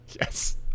Yes